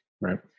Right